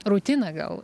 rutiną gal